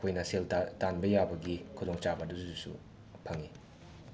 ꯑꯩꯈꯣꯏꯅ ꯁꯦꯜ ꯇꯥꯟꯕ ꯌꯥꯕꯒꯤ ꯈꯨꯗꯣꯡ ꯆꯥꯕ ꯑꯗꯨꯗꯨꯁꯨ ꯐꯪꯉꯤ